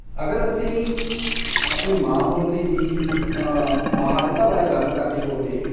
ਅਗਰ ਅਸੀਂ ਆਪਣੀ ਮਾਂ ਬੋਲੀ ਦੀ ਮਹੱਤਤਾ ਬਾਰੇ ਗੱਲ ਕਰਨੀ ਹੋਵੇ